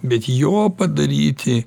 bet jo padaryti